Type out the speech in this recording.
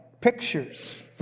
pictures